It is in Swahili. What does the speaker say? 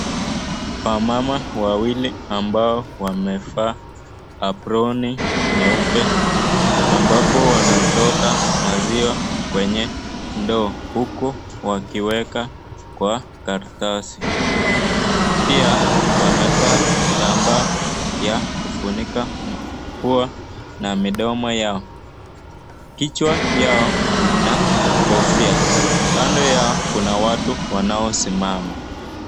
Wamama wawili ambao wamevaa aproni nyeupe ambapo wanachota maziwa kwenye ndoo huku wakiweka kwa karatasi. Pia wamevaa kitambaa ya kufunika mapua na midomo yao. Kichwa yao ina kofia, kando yao kuna watu wanaosimama.